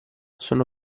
sono